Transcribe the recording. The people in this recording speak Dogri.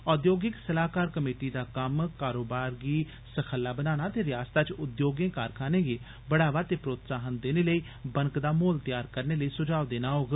औद्योगिक सलाहकार कमेटी दा कम्म कारोबार गी सखल्ला बनाने ते रियासतै च उद्योगें कारखानें गी बढ़ावा ते प्रोत्साहन देने लेई बनकदा माहोल तैयार करने लेई सुझाव देना होग